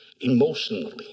emotionally